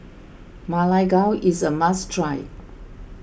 Ma Lai Gao is a must try